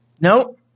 Nope